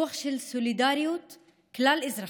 רוח של סולידריות כלל-אזרחית,